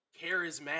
charismatic